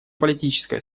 политическая